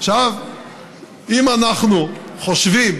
אם אנחנו חושבים